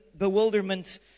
Bewilderment